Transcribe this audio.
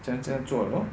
这样这样做了咯